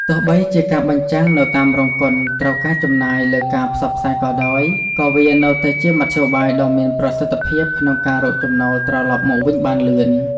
ទោះបីជាការបញ្ចាំងនៅតាមរោងកុនត្រូវការចំណាយលើការផ្សព្វផ្សាយក៏ដោយ ក៏វានៅតែជាមធ្យោបាយដ៏មានប្រសិទ្ធភាពក្នុងការរកចំណូលត្រឡប់មកវិញបានលឿន។